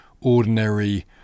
ordinary